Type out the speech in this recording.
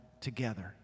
together